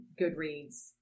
Goodreads